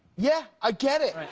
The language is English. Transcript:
yeah, i get it!